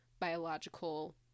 biological